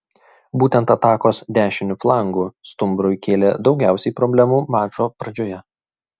būtent atakos dešiniu flangu stumbrui kėlė daugiausiai problemų mačo pradžioje